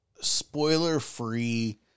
spoiler-free